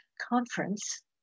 conference